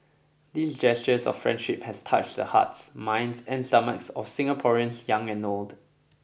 these gestures of friendship has touched the hearts minds and stomachs of Singaporeans young and old